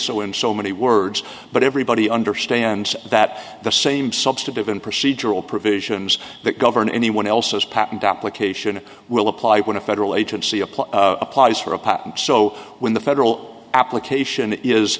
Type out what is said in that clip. so in so many words but everybody understands that the same substantive and procedural provisions that govern anyone else's patent application will apply when a federal agency applies applies for a patent so when the federal application is